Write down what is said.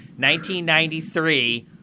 1993